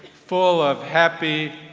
full of happy,